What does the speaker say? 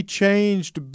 changed